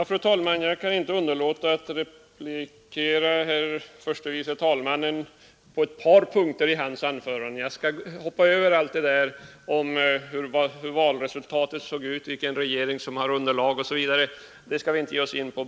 Fru talman! Jag kan inte underlåta att replikera herr förste vice talmannen på ett par punkter. Jag skall hoppa över vad han sade om valresultatet och vilka som har underlag för en regering.